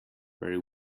very